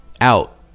out